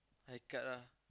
high cut lah